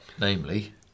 Namely